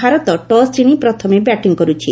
Bharat toss ଜିଶି ପ୍ରଥମେ batting କରୁଛି